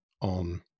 on